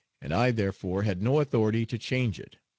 and i therefore had no authority to change it.